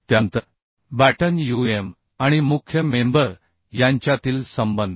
त्यानंतर baton um आणि मुख्य मेंबर यांच्यातील संबंध